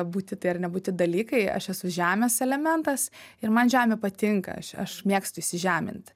būti tai ar nebūti dalykai aš esu žemės elementas ir man žemė patinka aš aš mėgstu įsižeminti